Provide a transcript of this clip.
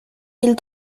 mille